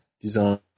design